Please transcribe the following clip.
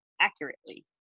accurately